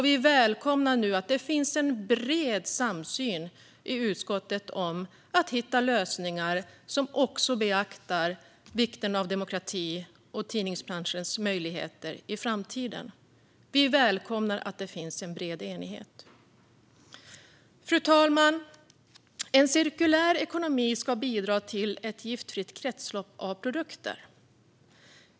Vi välkomnar nu att det finns en bred samsyn i utskottet om att hitta lösningar som också beaktar vikten av demokrati och tidningsbranschens möjligheter i framtiden. Vi välkomnar att det finns en bred enighet. Fru talman! En cirkulär ekonomi ska bidra till ett giftfritt kretslopp av produkter.